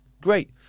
Great